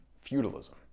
feudalism